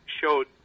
showed